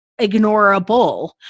ignorable